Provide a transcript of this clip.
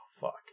fuck